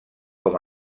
com